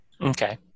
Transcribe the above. Okay